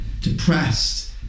depressed